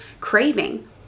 craving